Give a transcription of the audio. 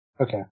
okay